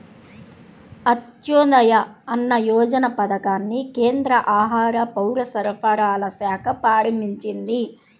అంత్యోదయ అన్న యోజన పథకాన్ని కేంద్ర ఆహార, పౌరసరఫరాల శాఖ ప్రారంభించింది